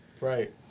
Right